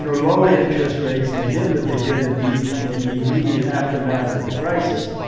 and lowered interest rates and they did what they did in the in the immediate aftermath of the crisis.